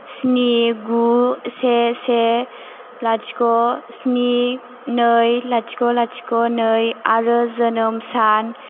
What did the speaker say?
स्नि गु से से लाथिख' स्नि नै लाथिख' लाथिख' नै आरो जोनोम सान